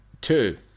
Two